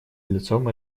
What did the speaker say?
лицом